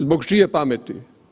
Zbog čije pameti?